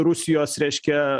rusijos reiškia